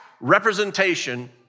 representation